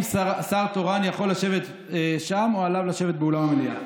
שר תורן יכול לשבת שם או שעליו לשבת באולם המליאה?